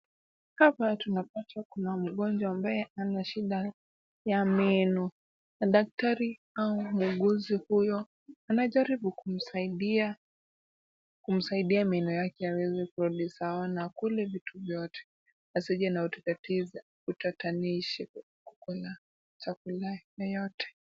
Hapa tunapata kuna mgonjwa ambaye ana shida ya meno. Daktari au muuguzi huyo anajaribu kumsaidia meno yake yaweze kurudi sawa na akule vitu vyote asije na utatanishi kwa kula chakula yoyote.